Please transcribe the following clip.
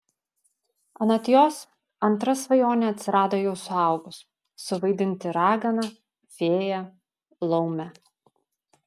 anot jos antra svajonė atsirado jau suaugus suvaidinti raganą fėją laumę